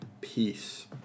peace